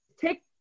take